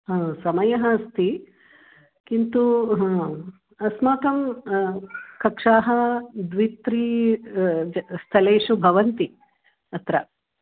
हा समयः अस्ति किन्तु अस्माकं कक्षाः द्वि त्री स्थलेषु भवन्ति अत्र